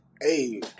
Hey